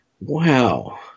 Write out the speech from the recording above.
wow